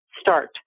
start